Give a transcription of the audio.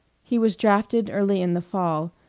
he was drafted early in the fall,